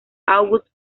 auguste